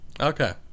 Okay